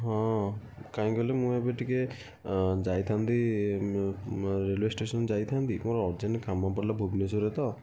ହଁ କାହିଁକି କହିଲେ ମୁଁ ଏବେ ଟିକେ ଯାଇଥାନ୍ତି ରେଲୱ ଷ୍ଟେସନ୍ ଯାଇଥାନ୍ତି ମୋର ଅର୍ଜେଣ୍ଟ୍ କାମ ପଡ଼ିଲା ଭୁବେନେଶ୍ୱରରେ ତ